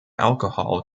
alcohol